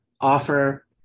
offer